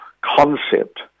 concept